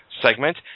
segment